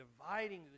dividing